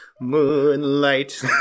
moonlight